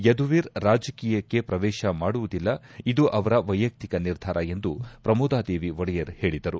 ಯದುವೀರ್ ರಾಜಕೀಯಕ್ಕೆ ಪ್ರವೇಶ ಮಾಡುವುದಿಲ್ಲ ಇದು ಅವರ ವೈಯಕ್ತಿಕ ನಿರ್ಧಾರ ಎಂದು ಪ್ರಮೋದಾ ದೇವಿ ಒಡೆಯರ್ ಹೇಳಿದರು